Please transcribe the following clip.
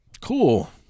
Cool